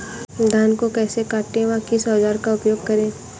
धान को कैसे काटे व किस औजार का उपयोग करें?